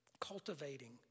Cultivating